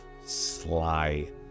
sly